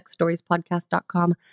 sexstoriespodcast.com